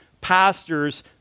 pastors